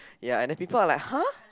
ya and then people are like !huh!